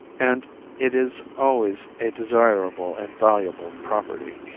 and it is always a desirable and valuable property.